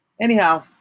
anyhow